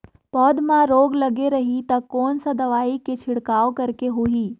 पौध मां रोग लगे रही ता कोन सा दवाई के छिड़काव करेके होही?